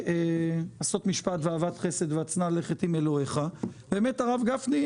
הכול כמו חוק הרבנות הראשית וחוק טבריה שאתם מעבירים היום בערב.